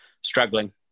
struggling